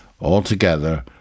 Altogether